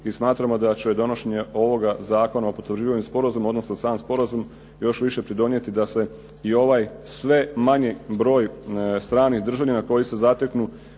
i smatramo da će donošenje ovoga zakona o potvrđivanju sporazuma odnosno sam sporazum još više pridonijeti da se i ovaj sve manji broj stranih državljana koji se zateknu